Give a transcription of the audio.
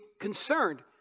concerned